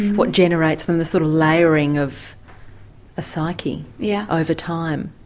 what generates them a sort of layering of a psyche yeah over time.